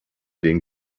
den